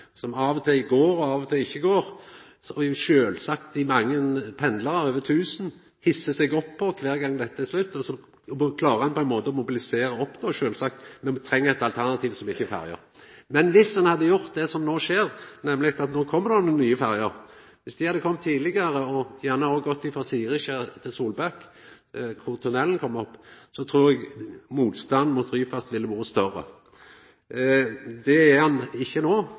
som av og til går, og som av og til ikkje går. Sjølvsagt hissar dei mange pendlarane – over tusen – seg opp over dette kvar gong, og så klarar ein sjølvsagt å mobilisera når ein treng eit alternativ som ikkje er ferja. Dersom ein hadde gjort det som no skjer, nemleg at det kjem nokre nye ferjer, men at dei hadde kome tidlegare og gjerne òg hadde gått frå Siriskjær til Solbakk, der tunnelen kjem opp, trur eg motstanden mot Ryfast ville vore større. Det er han ikkje no,